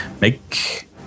make